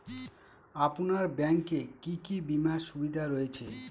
আপনার ব্যাংকে কি কি বিমার সুবিধা রয়েছে?